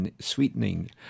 sweetening